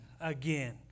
again